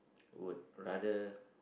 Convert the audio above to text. would rather